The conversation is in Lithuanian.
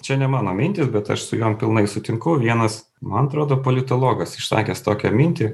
čia ne mano mintys bet aš su jom pilnai sutinku vienas man atrodo politologas išsakęs tokią mintį